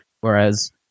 Whereas